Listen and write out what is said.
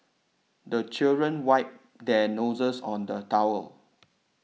the children wipe their noses on the towel